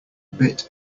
bit